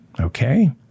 Okay